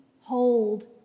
hold